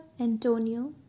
Antonio